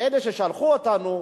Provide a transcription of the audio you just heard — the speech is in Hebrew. אלה ששלחו אותנו,